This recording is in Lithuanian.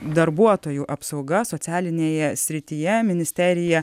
darbuotojų apsauga socialinėje srityje ministerija